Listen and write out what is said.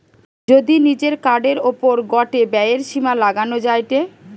যদি নিজের কার্ডের ওপর গটে ব্যয়ের সীমা লাগানো যায়টে